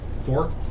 Four